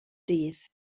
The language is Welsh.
dydd